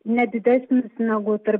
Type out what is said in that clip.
ne didesnis negu tarp